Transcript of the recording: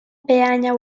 peanya